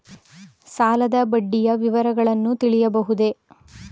ಸಾಲದ ಬಡ್ಡಿಯ ವಿವರಗಳನ್ನು ತಿಳಿಯಬಹುದೇ?